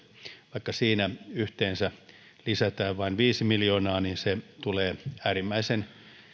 vaikka siinä yhteensä lisätään vain viisi miljoonaa niin se tulee äärimmäisen